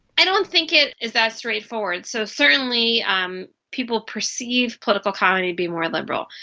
i don't think it is that straightforward. so certainly um people perceive political comedy to be more liberal,